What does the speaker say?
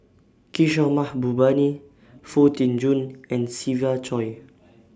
Kishore Mahbubani Foo Tee Jun and Siva Choy